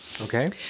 Okay